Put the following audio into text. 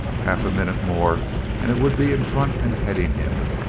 half a minute more and it would be in front and heading him,